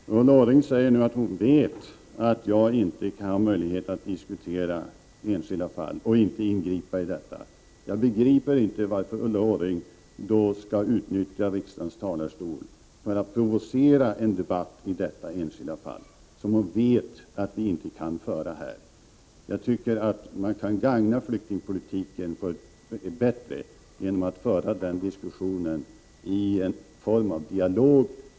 Herr talman! Ulla Orring säger nu att hon vet att jag inte har möjlighet att diskutera enskilda fall och inte kan ingripa i detta fall. Då begriper jag inte varför Ulla Orring utnyttjar riksdagens talarstol för att provocera fram en debatt i ett enskilt fall som hon vet att jag inte kan föra här. Man kan gagna flyktingpolitiken mycket bättre genom att föra diskussionen i form av en dialog.